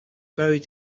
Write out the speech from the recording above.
buried